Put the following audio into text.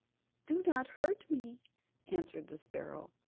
do not hurt me answered the sparrow,